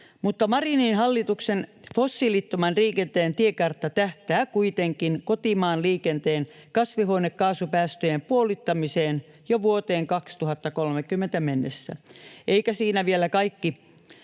Marinin hallituksen fossiilittoman liikenteen tiekartta tähtää kuitenkin kotimaan liikenteen kasvihuonekaasupäästöjen puolittamiseen jo vuoteen 2030 mennessä. Eikä siinä vielä kaikki: